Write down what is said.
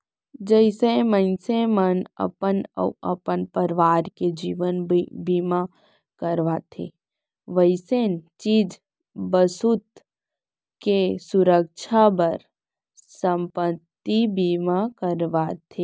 जइसे मनसे मन अपन अउ अपन परवार के जीवन बीमा करवाथें वइसने चीज बसूत के सुरक्छा बर संपत्ति बीमा करवाथें